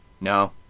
No